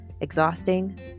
exhausting